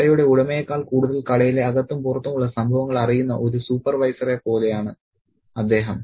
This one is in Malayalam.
കടയുടെ ഉടമയെക്കാൾ കൂടുതൽ കടയിലെ അകത്തും പുറത്തുമുള്ള സംഭവങ്ങൾ അറിയുന്ന ഒരു സൂപ്പർവൈസറെ പോലെയാണ് അദ്ദേഹം